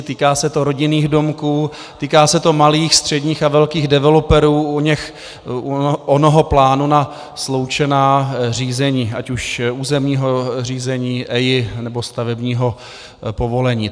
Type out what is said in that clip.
Týká se to rodinných domků, týká se to malých, středních a velkých developerů, onoho plánu na sloučená řízení, ať už územního řízení, EIA, nebo stavebního povolení.